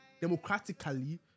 democratically